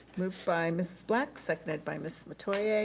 moved by mrs. black, seconded by ms. metoyer.